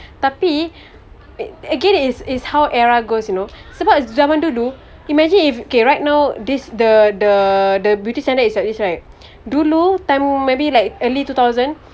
tapi get it it's it's how era goes you know sebab zaman dulu imagine if okay right now this is the the beauty standard is like this right dulu time maybe like early two thousand